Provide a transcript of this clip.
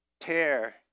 tear